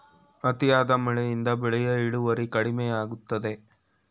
ಅತಿಯಾದ ಮಳೆಯಿಂದ ಬೆಳೆಯ ಇಳುವರಿ ಕಡಿಮೆಯಾಗುತ್ತದೆ